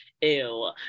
Ew